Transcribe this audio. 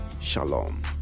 Shalom